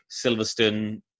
Silverstone